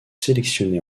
sélectionné